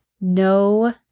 No